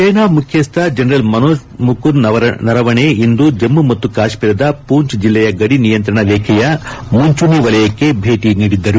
ಸೇನಾ ಮುಖ್ಯಸ್ವ ಜನರಲ್ ಮನೋಜ್ ಮುಕುಂದ್ ನರವಣೆ ಇಂದು ಜಮ್ಮ ಮತ್ತು ಕಾಶ್ನೀರದ ಪೂಂಚ್ ಜಿಲ್ಲೆಯ ಗಡಿ ನಿಯಂತ್ರಣ ರೇಖೆಯ ಮುಂಚೂಣಿ ವಲಯಕ್ಕೆ ಭೇಟಿ ನೀಡಿದ್ಗರು